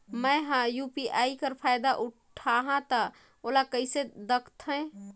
मैं ह यू.पी.आई कर फायदा उठाहा ता ओला कइसे दखथे?